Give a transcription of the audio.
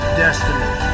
destiny